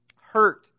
hurt